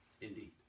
Indeed